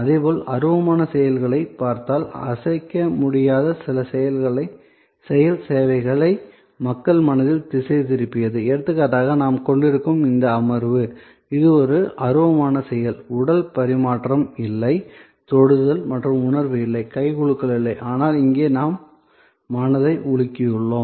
அதேபோல அருவமான செயல்களைப் பார்த்தால் அசைக்க முடியாத செயல் சேவைகளை மக்கள் மனதில் திசைதிருப்பியது எடுத்துக்காட்டாக நாம் கொண்டிருக்கும் இந்த அமர்வு இது ஒரு அருவமான செயல் உடல் பரிமாற்றம் இல்லை தொடுதல் மற்றும் உணர்வு இல்லை கை குலுக்கல் இல்லை ஆனால் இங்கே நாம் மனதை உலுக்கியுள்ளோம்